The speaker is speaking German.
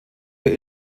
der